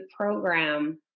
program